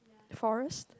forest